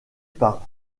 par